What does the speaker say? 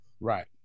Right